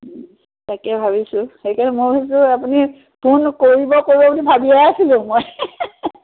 তাকে ভাবিছোঁ সেইকাৰণে মই ভাবিছোঁ আপুনি ফোন কৰিব কৰিব বুলি ভাবিয়ে আছিলোঁ মই